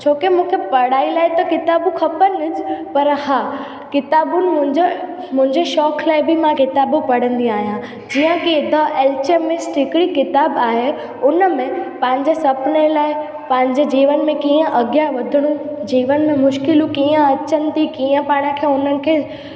छोकी मूंखे पढ़ाई लाइ त किताबूं खपनि पर हा किताबूं मुंहिंजो मुंहिंजे शौक़ु लाइ बि मां किताबूं पढ़ंदी आहियां जीअं की द एल्केमिस्ट हिकिड़ी किताबु आहे उन में पंहिंजे सपने लाइ पंहिंजे जीवन में कीअं अॻियां वधिणो जीवन में मुश्किलूं कीअं अचनि थी कीअं पाण खे उन्हनि खे